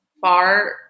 far